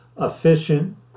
efficient